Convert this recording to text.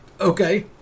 Okay